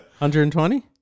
120